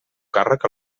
càrrec